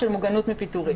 של מוגנות מפיטורים.